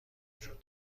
وجود